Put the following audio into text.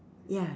ya